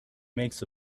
makes